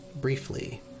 briefly